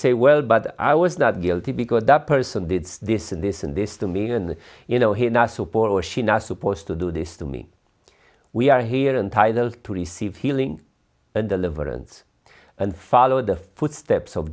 say well but i was not guilty because that person did this and this and this to me and you know he and i support or she not supposed to do this to me we are here and titled to receive healing and deliverance and follow the footstep